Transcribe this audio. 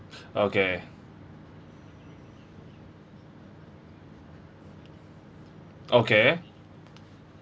okay okay